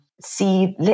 see